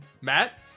Matt